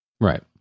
Right